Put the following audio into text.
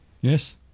Yes